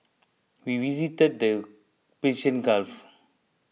we visited the Persian Gulf